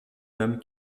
homme